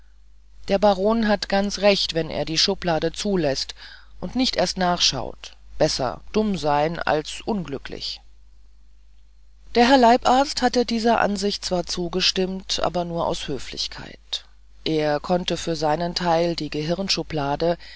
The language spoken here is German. der baron hat ganz recht wenn er die schublade zuläßt und nicht erst nachschaut besser dumm sein als unglücklich der herr leibarzt hatte dieser ansicht zwar zugestimmt aber nur aus höflichkeit er konnte für seinen teil die